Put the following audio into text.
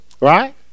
Right